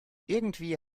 irgendwie